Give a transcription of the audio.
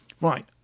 Right